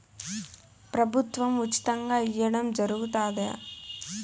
ప్రభుత్వం ఉచితంగా ఇయ్యడం జరుగుతాదా?